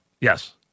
yes